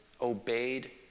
obeyed